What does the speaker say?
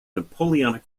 napoleonic